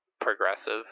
progressive